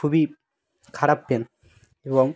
খুবই খারাপ পেন এবং